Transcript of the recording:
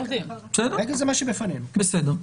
בסדר.